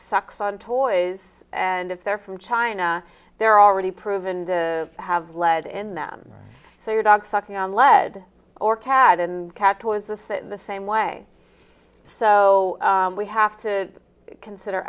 sucks on toys and if they're from china they're already proven to have lead in them so your dog sucking on lead or cat and cat toys a sit in the same way so we have to consider